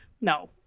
No